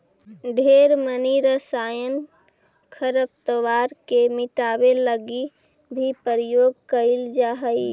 ढेर मनी रसायन खरपतवार के मिटाबे लागी भी प्रयोग कएल जा हई